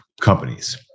companies